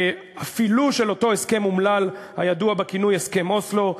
אפילו של אותו הסכם אומלל הידוע בכינוי הסכם אוסלו,